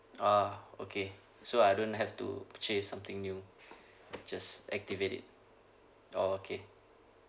ah okay so I don't have to purchase something new just activate it oh okay